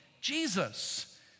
Jesus